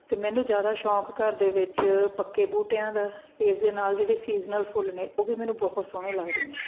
ਅਤੇ ਮੈਨੂੰ ਜ਼ਿਆਦਾ ਸ਼ੌਂਕ ਘਰ ਦੇ ਵਿੱਚ ਪੱਕੇ ਬੂਟਿਆਂ ਦਾ ਇਸ ਦੇ ਨਾਲ਼ ਜਿਹੜੇ ਸੀਜ਼ਨਲ ਫੁੱਲ ਨੇ ਉਹ ਵੀ ਮੈਨੂੰ ਬਹੁਤ ਸੋਹਣੇ ਲੱਗਦੇ ਨੇ